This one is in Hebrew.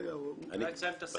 דבר ראשון, לא שמעתי את עצמי בוכה.